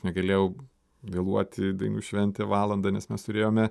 negalėjau vėluoti į dainų šventę valandą nes mes turėjome